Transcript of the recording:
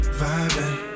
vibing